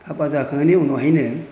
बाजार खालामनायनि उनावहायनो